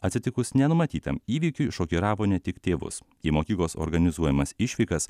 atsitikus nenumatytam įvykiui šokiravo ne tik tėvus į mokyklos organizuojamas išvykas